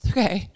Okay